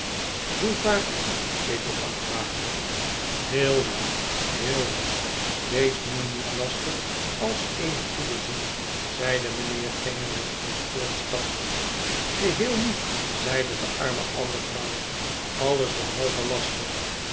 hoe vaart u edelachtbare heel wel heel wel wees nu niet lastig als eene goede ziel zeide mijnheer kenge met ons voortstappende geheel niet zeide de arme oude vrouw alles behalve lastig